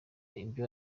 ivyo